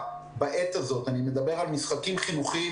אני לא יודעת אם נסגר ההסכם עם ארגוני